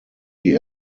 die